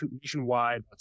nationwide